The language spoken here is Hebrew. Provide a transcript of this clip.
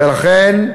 ולכן,